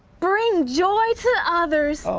bring joy to others,